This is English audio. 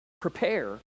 prepare